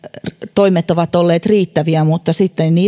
toimet ovat olleet riittäviä mutta sitten